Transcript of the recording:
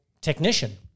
technician